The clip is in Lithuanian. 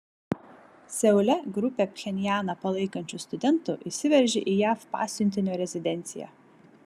seule grupė pchenjaną palaikančių studentų įsiveržė į jav pasiuntinio rezidenciją